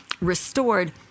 restored